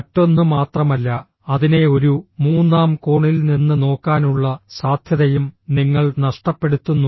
മറ്റൊന്ന് മാത്രമല്ല അതിനെ ഒരു മൂന്നാം കോണിൽ നിന്ന് നോക്കാനുള്ള സാധ്യതയും നിങ്ങൾ നഷ്ടപ്പെടുത്തുന്നു